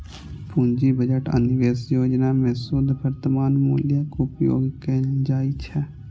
पूंजी बजट आ निवेश योजना मे शुद्ध वर्तमान मूल्यक उपयोग कैल जाइ छै